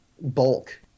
bulk